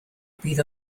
bydd